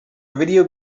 video